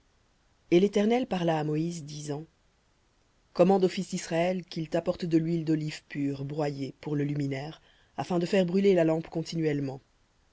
et l'éternel parla à moïse disant commande aux fils d'israël qu'ils t'apportent de l'huile d'olive pure broyée pour le luminaire afin de faire brûler la lampe continuellement